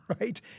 right